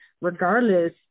regardless